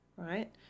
right